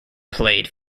played